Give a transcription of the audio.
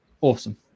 Awesome